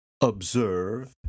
observe